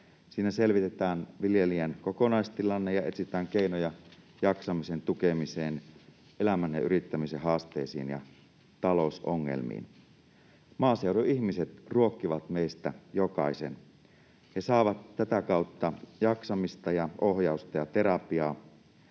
Siinä selvitetään viljelijän kokonaistilanne ja etsitään keinoja jaksamisen tukemiseen, elämän ja yrittämisen haasteisiin ja talousongelmiin. Maaseudun ihmiset ruokkivat meistä jokaisen. He saavat tätä kautta jaksamista ja ohjausta ja terapiaa,